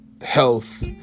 health